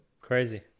Crazy